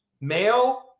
male